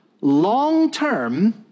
long-term